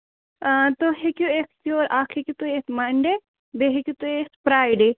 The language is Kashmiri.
تُہۍ ہٮ۪کِو یِتھ یور اکھ ہٮ۪کِو تُہۍ مَنٛڈیٚے بیٚیہِ ہٮ۪کِو تُہۍ یِتھ فرایڈیٚے